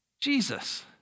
Jesus